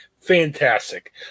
Fantastic